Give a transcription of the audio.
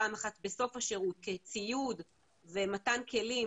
פעם אחת בסוף השירות כציוד ומתן כלים